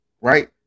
Right